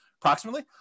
Approximately